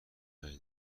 هایی